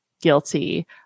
guilty